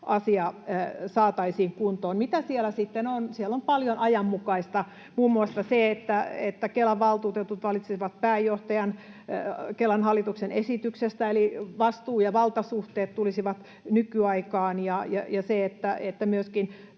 asia saataisiin kuntoon. Mitä siellä sitten on? Siellä on paljon ajanmukaista, muun muassa se, että Kelan valtuutetut valitsisivat pääjohtajan Kelan hallituksen esityksestä, eli vastuu ja valtasuhteet tulisivat nykyaikaan, ja se, että myöskin